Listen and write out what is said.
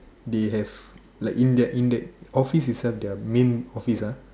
like in that in that office itself they are main officer